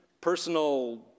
personal